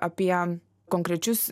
apie konkrečius